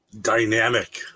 Dynamic